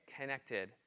connected